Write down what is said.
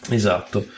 esatto